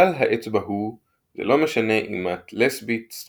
כלל האצבע הוא "זה לא משנה אם את לסבית/סטרייטית/ביסקסואלית/טרנסית